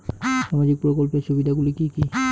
সামাজিক প্রকল্পের সুবিধাগুলি কি কি?